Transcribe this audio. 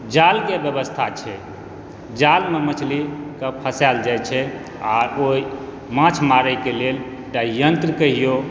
जालके व्यवस्था छै जालमे मछलीके फॅंसायल जाइ छै आ कोइ माँछ मारैके लेल ओकरा यंत्र कहियौ